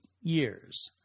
years